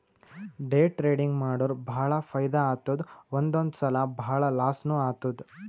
day trading ಮಾಡುರ್ ಭಾಳ ಫೈದಾ ಆತ್ತುದ್ ಒಂದೊಂದ್ ಸಲಾ ಭಾಳ ಲಾಸ್ನೂ ಆತ್ತುದ್